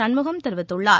சண்முகம் தெரிவித்துள்ளார்